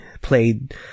played